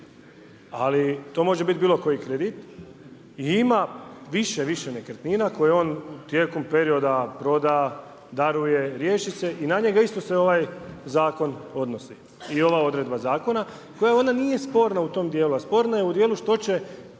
Ali to može miti bilo koji kredit i ima više nekretnina koje on tijekom perioda proda, daruje, riješi se i na njega isto ste ovaj zakon odnosi. I ova odredba zakona koja onda nije sporna u tom dijelu, a sporna je u dijelu što će